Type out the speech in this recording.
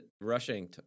rushing